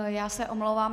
Já se omlouvám.